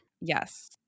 Yes